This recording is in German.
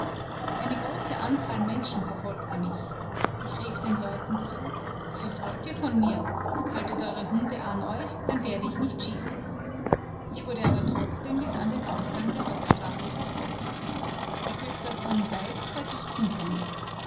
eine große anzahl menschen verfolgte mich ich rief den leuten zu was wollt ihr von mir haltet eure hunde an euch dann werde ich nicht schießen ich wurde aber trotzdem bis an den ausgang der dorfstraße verfolgt der gürtlerssohn seitz war dicht hinter mir